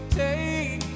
take